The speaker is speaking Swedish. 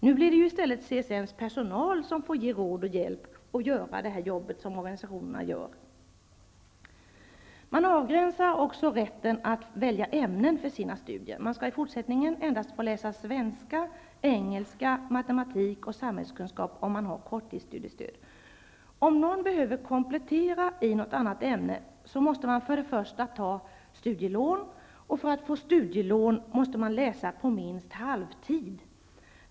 Nu blir det i stället CSN:s personal som får ge råd och hjälp och göra det jobb som organisationerna gör. Också rätten att välja ämnen för studierna avgränsas. Man skall i fortsättningen få läsa endast svenska, engelska, matematik och samhällskunskap om man har korttidsstudiestöd. Om man behöver komplettera i något annat ämne, måste man ta studielån, och för att få studielån måste man läsa på minst halvtid.